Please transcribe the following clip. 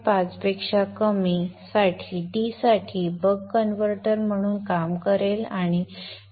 5 पेक्षा कमी d साठी बक कन्व्हर्टर म्हणून काम करेल आणि 0